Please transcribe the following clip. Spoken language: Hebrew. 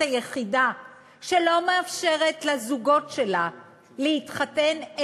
היחידה שלא מאפשרת לזוגות שלה להתחתן,